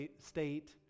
state